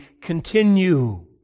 continue